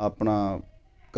ਆਪਣਾ